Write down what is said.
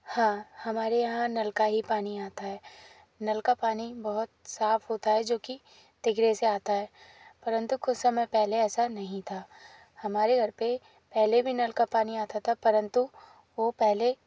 हाँ हमारे यहाँ नल का ही पानी आता है नल का पानी बहुत साफ होता है जो कि तिगरे से आता है परंतु कुछ समय पहले ऐसा नहीं था हमारे घर पे पहले भी नल का पानी आता था परंतु वो पहले